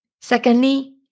Secondly